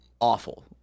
awful